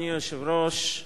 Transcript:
אדוני היושב-ראש,